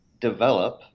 develop